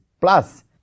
plus